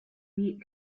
meat